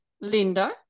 linda